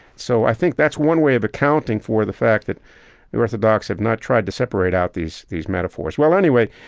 so i think that's one way of accounting for the fact that the orthodox have not tried to separate out these these metaphors. well, anyway,